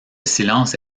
silence